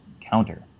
counter